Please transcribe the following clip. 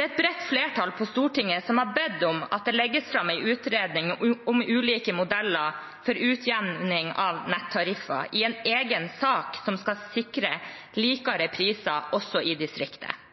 Et bredt flertall på Stortinget har bedt om at det legges fram en utredning om ulike modeller for utjevning av nettariffer i en egen sak som skal sikre mer like priser, også i